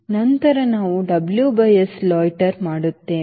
ನಂತರ ನಾವು W by S loiter ಮಾತನಾಡುತ್ತೇವೆ